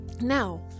Now